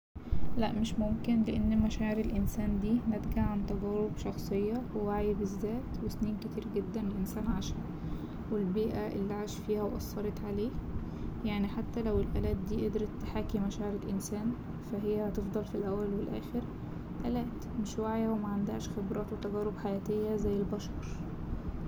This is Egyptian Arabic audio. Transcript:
لأ مش ممكن لأن مشاعر الإنسان دي ناتجة عن تجارب شخصية ووعي بالذات وسنين كتير جدا الإنسان عاشها والبيئة اللي عاش فيها وأثرت عليه يعني حتى لو الألات دي قدرت تحاكي مشاعر الإنسان فا هي هتفضل في الأول وفي الأخر ألات مش واعية ومعندهاش خبرات وتجارب حياتية زي البشر.